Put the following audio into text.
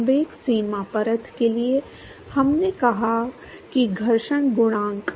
संवेग सीमा परत के लिए हमने कहा कि घर्षण गुणांक